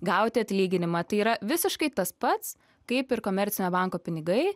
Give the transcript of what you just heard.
gauti atlyginimą tai yra visiškai tas pats kaip ir komercinio banko pinigai